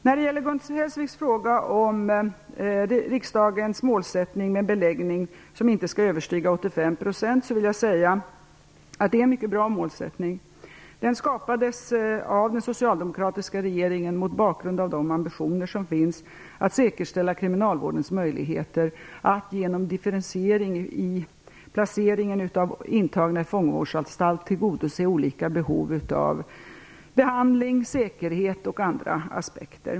När det gäller Gun Hellsviks fråga om riksdagens målsättning att beläggningen inte skall överstiga 85 % vill jag säga att det är en mycket bra målsättning. Den skapades av den socialdemokratiska regeringen mot bakgrund av de ambitioner som finns att säkerställa kriminalvårdens möjligheter att genom differentiering i placeringen av intagna i fångvårdsanstalt tillgodose olika behov av behandling, säkerhet och andra aspekter.